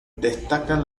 destacan